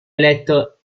eletto